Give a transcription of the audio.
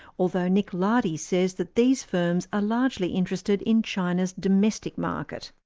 although nicholas lardy says that these firms are largely interested in china's domestic market.